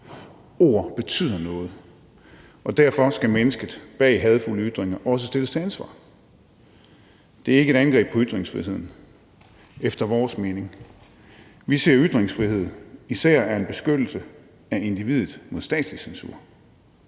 Ord betyder noget, og derfor skal mennesket bag hadefulde ytringer også stilles til ansvar. Det er ikke et angreb på ytringsfriheden – efter vores mening. Vi ser især ytringsfrihed som en beskyttelse af individet mod statslig censur,